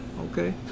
okay